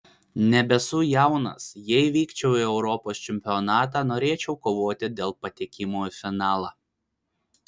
nebesu jaunas jei vykčiau į europos čempionatą norėčiau kovoti dėl patekimo į finalą